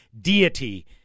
deity